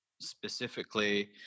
specifically